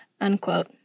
unquote